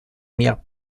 мер